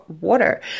water